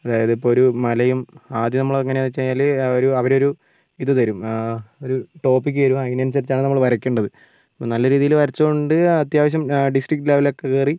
അതായതിപ്പോൾ ഒരു മലയും ആദ്യം നമ്മളെങ്ങനെയാണ് വച്ചു കഴിഞ്ഞാൽ അവർ അവരൊരു ഇതു തരും ഒരു ടോപിക്ക് തരും അതിനനുസരിച്ചാണ് നമ്മൾ വരയ്ക്കേണ്ടത് ഇപ്പം നല്ല രീതിയിൽ വരച്ചതുകൊണ്ട് അത്യാവശ്യം ഡിസ്ട്രിക്ട് ലെവലിലൊക്കെ കയറി